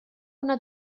una